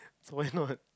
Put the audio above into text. so why's not